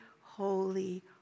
holy